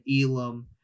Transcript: Elam